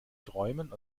träumen